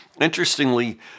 Interestingly